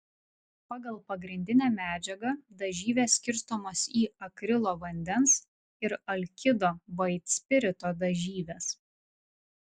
pagal pagrindinę medžiagą dažyvės skirstomos į akrilo vandens ir alkido vaitspirito dažyves